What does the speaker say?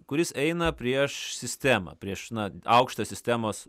kuris eina prieš sistemą prieš na aukštą sistemos